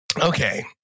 Okay